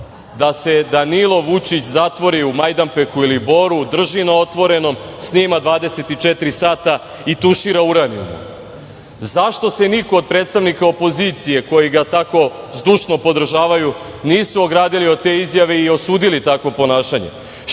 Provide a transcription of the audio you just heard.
da se Danilo Vučić zatvori u Majdanpeku ili Boru, drži na otvorenom, snima 24 sata i tušira uranijumom? Zašto se niko od predstavnika opozicije, koji ga tako zdušno podržavaju, nisu ogradili od te izjave i osudili takvo ponašanje? Šta